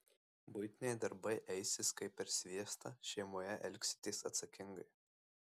buitiniai darbai eisis kaip per sviestą šeimoje elgsitės atsakingai